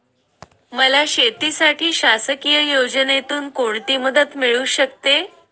मला शेतीसाठी शासकीय योजनेतून कोणतीमदत मिळू शकते?